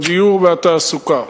הדיור והתעסוקה.